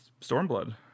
Stormblood